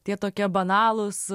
tie tokie banalūs